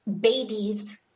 babies